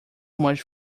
much